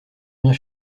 vient